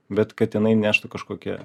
bet kad jinai neštų kažkokią